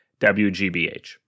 WGBH